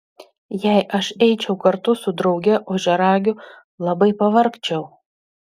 jei aš eičiau kartu su drauge ožiaragiu labai pavargčiau